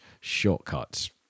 shortcuts